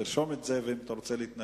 תרשום את זה ואם אתה רוצה להתנגד,